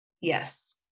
Yes